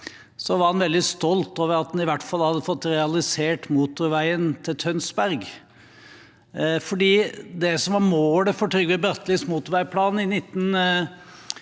var han veldig stolt over at han i hvert fall hadde fått realisert motorveien til Tønsberg. Det som var målet for Trygve Brattelis motorveiplan i 1962,